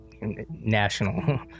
national